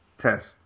test